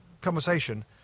conversation